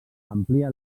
amplia